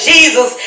Jesus